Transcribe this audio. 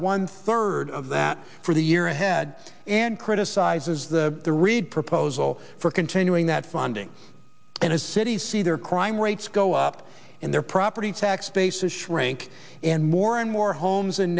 one third of that for the year ahead and criticizes the reid proposal for continuing that funding and has cities see their crime rates go up and their property tax bases shrink and more and more homes and